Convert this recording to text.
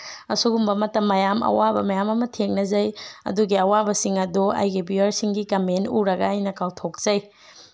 ꯑꯁꯨꯒꯨꯝꯕ ꯃꯇꯝ ꯃꯌꯥꯝ ꯑꯋꯥꯕ ꯃꯌꯥꯝ ꯑꯃ ꯊꯦꯡꯅꯖꯩ ꯑꯗꯨꯒꯤ ꯑꯋꯥꯕꯁꯤꯡ ꯑꯗꯣ ꯑꯩꯒꯤ ꯚꯤꯌꯨꯋꯔꯁꯤꯡꯒꯤ ꯀꯝꯃꯦꯟ ꯎꯔꯒ ꯑꯩꯅ ꯀꯥꯎꯊꯣꯛꯆꯩ